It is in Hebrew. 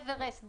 אוורסט,